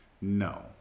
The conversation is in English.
No